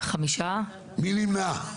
מי נמנע?